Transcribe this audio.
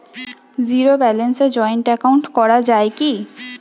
Zero ব্যালেন্সে joint account করা য়ায় কি?